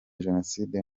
jenoside